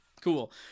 Cool